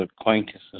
acquaintances